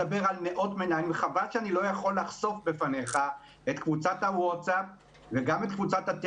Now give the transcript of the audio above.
וחבל שאני לא יכולה לחשוף בפניך את קבוצת הווטסאפ והטלגרם,